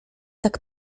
tak